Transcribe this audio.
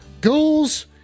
ghouls